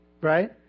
Right